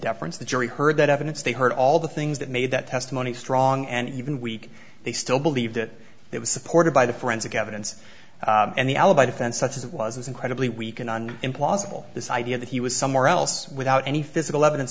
deference the jury heard that evidence they heard all the things that made that testimony strong and even weak they still believe that it was supported by the forensic evidence and the alibi defense such as it was is incredibly weak and on implausible this idea that he was somewhere else without any physical evidence